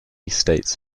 states